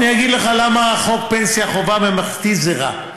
אני אגיד לך למה חוק פנסיה חובה ממלכתי זה רע,